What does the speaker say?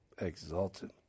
exalted